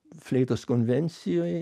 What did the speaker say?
fleitos konvencijoj